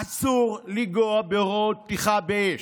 אסור לגעת בהוראות פתיחה באש.